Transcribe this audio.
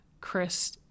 Chris